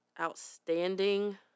outstanding